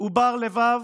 ובר לבב,